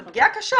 זה פגיעה קשה.